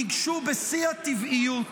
ניגשו בשיא הטבעיות